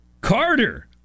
Carter